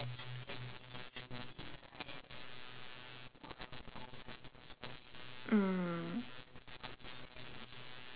mm